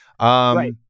right